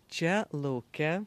čia lauke